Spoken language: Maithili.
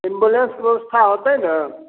एम्बुलेंसके ब्यवस्था होतै ने